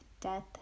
death